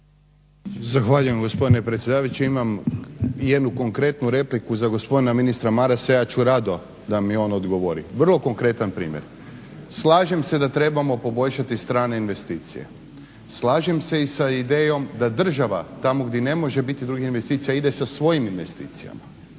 Zahvaljujem gospodine predsjedavajući. Imam jednu konkretnu repliku za gospodina ministra Marasa a ja ću rado da mi on odgovori. Vrlo konkretan primjer. Slažem se da trebamo poboljšati strane investicije, slažem se i sa idejom da država tamo gdje ne može biti drugih investicija ide sa svojim investicijama.